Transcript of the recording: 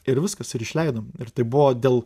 ir viskas ir išleidom ir tai buvo dėl